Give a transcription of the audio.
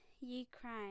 Ukraine